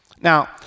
Now